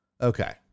Okay